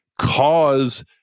cause